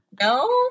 no